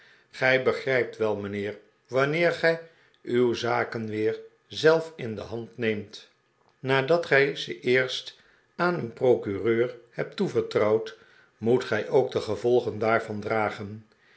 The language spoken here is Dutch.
gij begrijpt wel mijnheer wanneer gij uw zaken weer zelf in handen neemt nadat gij ze eerst aan uw procureur hebt toevertrouwd moet gij ook de gevolgen daarvan dragen